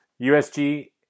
USG